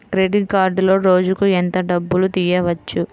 Credit కార్డులో రోజుకు ఎంత డబ్బులు తీయవచ్చు?